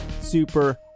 super